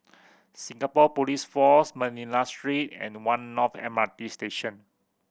Singapore Police Force Manila Street and One North M R T Station